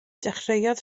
dechreuodd